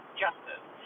justice